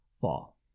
fall